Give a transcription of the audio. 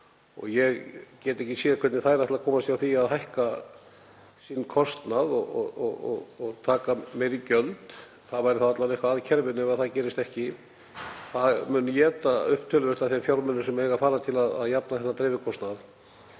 og ég get ekki séð hvernig þær ætla að komast hjá því að hækka kostnað sinn og taka meiri gjöld. Það væri þá alla vega eitthvað að í kerfinu ef það gerist ekki. Það mun éta upp töluvert af þeim fjármunum sem eiga að fara til að jafna dreifikostnað